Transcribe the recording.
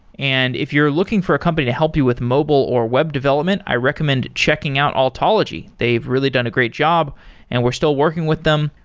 and if you're looking for a company to help you with mobile or web development, i recommend checking out altalogy. they've really done a great job and we're still working with them.